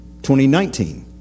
2019